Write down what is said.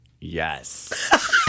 Yes